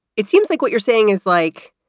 it seems like what you're saying is like.